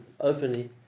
openly